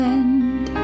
end